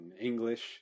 English